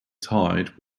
tied